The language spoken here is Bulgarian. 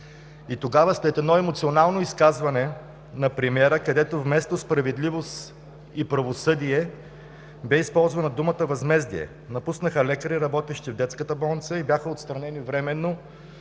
Тогава след едно емоционално изказване на премиера, където вместо справедливост и правосъдие, бе използвана думата „възмездие“ – напуснаха лекари, работещи в Детската болница, и бяха отстранени временно